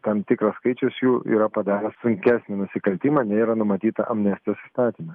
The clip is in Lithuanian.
tam tikras skaičius jų yra padaręs sunkesnį nusikaltimą nei yra numatyta amnestijos įstatyme